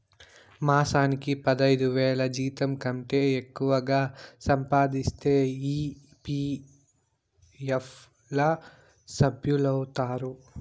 మాసానికి పదైదువేల జీతంకంటే ఎక్కువగా సంపాదిస్తే ఈ.పీ.ఎఫ్ ల సభ్యులౌతారు